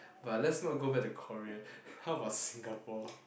but let's not go back to Korea how about Singapore